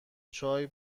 چای